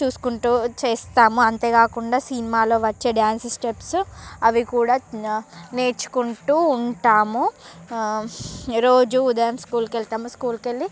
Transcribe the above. చూసుకుంటూ చేస్తాము అంతే కాకుండా సినిమాల్లో వచ్చే డ్యాన్స్ స్టెప్స్ అవి కూడా నేర్చుకుంటూ ఉంటాము రోజు ఉదయం స్కూల్కి వెళ్తాము స్కూల్కి వెళ్ళి